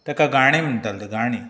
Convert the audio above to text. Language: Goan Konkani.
ताका गाणी म्हणटाले गाणी